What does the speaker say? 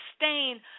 sustain